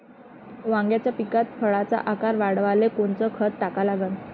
वांग्याच्या पिकात फळाचा आकार वाढवाले कोनचं खत टाका लागन?